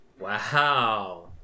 Wow